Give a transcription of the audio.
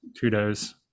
kudos